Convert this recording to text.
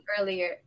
earlier